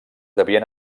devien